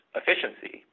efficiency